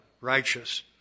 righteous